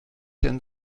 denn